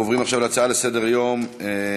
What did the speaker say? נעבור להצעות לסדר-היום בנושא: